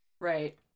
Right